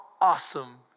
awesome